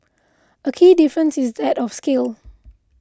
a key difference is that of scale